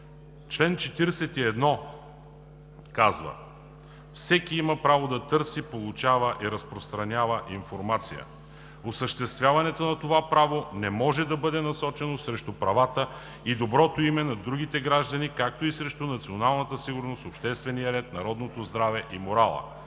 Член 41 гласи: „Всеки има право да търси, получава и разпространява информация. Осъществяването на това право не може да бъде насочено срещу правата и доброто име на другите граждани, както и срещу националната сигурност, обществения ред, народното здраве и морала.